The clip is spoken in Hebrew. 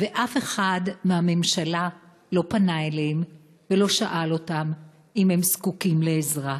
ואף אחד מהממשלה לא פנה אליהם ולא שאל אותם אם הם זקוקים לעזרה.